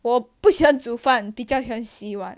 我不喜欢煮饭比较喜欢洗碗